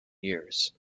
years